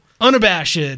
unabashed